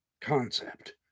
concept